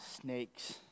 snakes